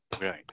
right